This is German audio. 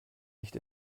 nicht